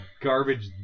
garbage